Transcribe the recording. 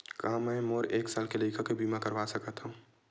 का मै मोर एक साल के लइका के बीमा करवा सकत हव?